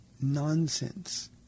nonsense